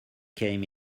came